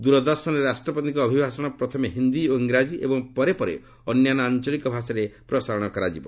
ଦୂରଦର୍ଶନରେ ରାଷ୍ଟ୍ରପତିଙ୍କ ଅଭିଭାଷଣ ପ୍ରଥମେ ହିନ୍ଦୀ ଓ ଙ୍ଗରାଜୀ ଏବଂ ପରେ ପରେ ଅନ୍ୟାନ୍ୟ ଆଞ୍ଚଳିକ ଭାଷାରେ ପ୍ରସାରଣ କରାଯିବ